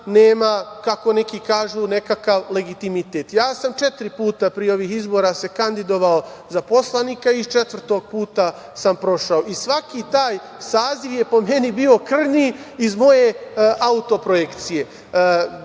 nema, kako neki kažu, nekakav legitimitet. Ja sam se četiri puta pre ovih izbora kandidovao za poslanika i iz četvrtog puta sam prošao. I svaki taj saziv je, po meni, bio krnji, iz moje autoprojekcije.